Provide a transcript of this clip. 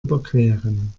überqueren